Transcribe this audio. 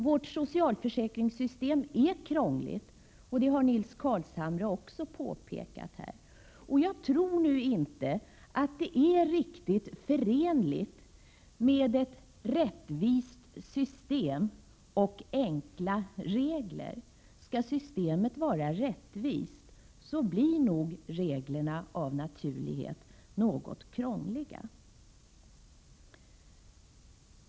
Vårt socialförsäkringssystem är krångligt, vilket också Nils Carlshamre har påpekat här. Jag tror inte att ett rättvist system går att förena med enkla regler, Skall systemet vara rättvist blir reglerna helt naturligt något krångliga.